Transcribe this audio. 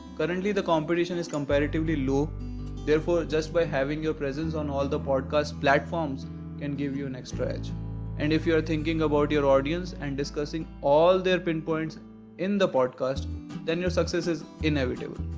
currently the competition is comparatively low therefore, just by having your presence on all the podcast platforms can give you an extra edge and if you are thinking about your audience and discussing all their pinpoints in the podcast then your success is inevitable.